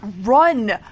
run